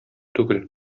түгел